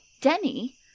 Denny